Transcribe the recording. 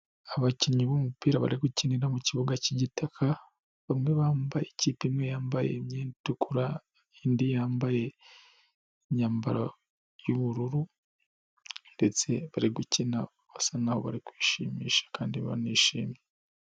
Abakinnyi b'umupira bari gukinira mu kibuga cy'igitaka, ikipe imwe yambaye imyenda itukura, iyindi yambaye imyambaro y'ubururu, ndetse bari gukina basa n'aho bari kwishimisha kandi banishimye.